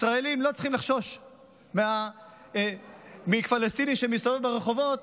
ישראלים לא צריכים לחשוש מפלסטיני שמסתובב ברחובות